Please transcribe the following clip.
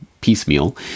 piecemeal